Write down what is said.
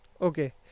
okay